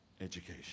education